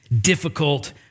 difficult